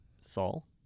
Saul